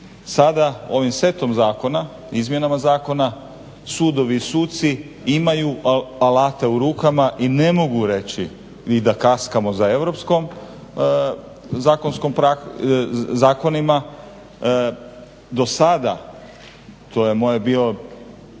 Sada ovim setom zakona, izmjenama zakona sudovi i suci imaju alate u rukama i ne mogu reći i da kaskamo za europskim zakonima. Do sada, to je moje bilo